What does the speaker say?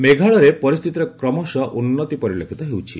ମେଘାଳୟରେ ପରିସ୍ଥିତିରେ କ୍ରମଶଃ ଉନ୍ନତି ପରିଲକ୍ଷିତ ହେଉଛି